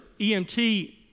EMT